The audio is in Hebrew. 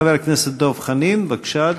חבר הכנסת דב חנין, בבקשה,